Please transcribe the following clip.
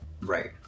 Right